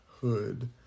hood